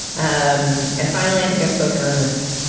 um and finally, i think i've spoken on this